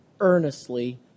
earnestly